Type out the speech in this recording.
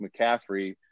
McCaffrey